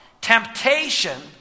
Temptation